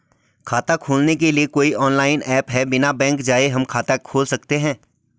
खाता खोलने के लिए कोई ऑनलाइन ऐप है बिना बैंक जाये हम खाता खोल सकते हैं?